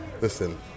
Listen